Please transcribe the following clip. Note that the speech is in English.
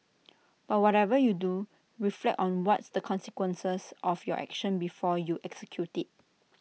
but whatever you do reflect on what's the consequences of your action before you execute IT